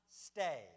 stay